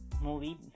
movie